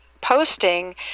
posting